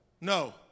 No